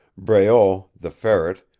breault, the ferret,